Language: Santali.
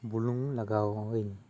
ᱵᱩᱞᱩᱝ ᱤᱧ ᱞᱟᱜᱟᱣ ᱤᱧ